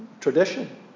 tradition